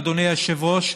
אדוני היושב-ראש,